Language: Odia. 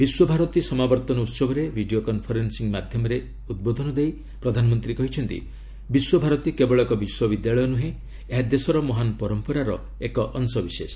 ବିଶ୍ୱଭାରତୀ ସମାବର୍ତ୍ତନ ଉହବରେ ଭିଡ଼ିଓ କନ୍ଫରେନ୍ନିଂ ମାଧ୍ୟମରେ ଉଦ୍ବୋଧନ ଦେଇ ପ୍ରଧାନମନ୍ତ୍ରୀ କହିଛନ୍ତି ବିଶ୍ୱଭାରତୀ କେବଳ ଏକ ବିଶ୍ୱବିଦ୍ୟାଳୟ ନୁହେଁ ଏହା ଦେଶର ମହାନ ପରମ୍ପରାର ଏକ ଅଂଶବିଶେଷ